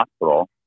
hospital